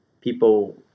people